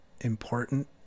important